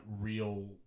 real